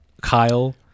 Kyle